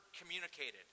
communicated